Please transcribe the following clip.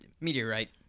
meteorite